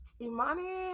Imani